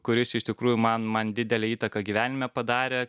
kuris iš tikrųjų man man didelę įtaką gyvenime padarė